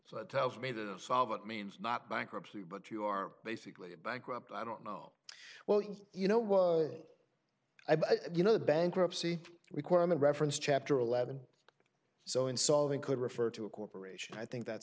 so that tells me that solvent means not bankruptcy but you are basically bankrupt i don't know well you know well i think you know the bankruptcy requirement reference chapter eleven so in solving could refer to a corporation i think that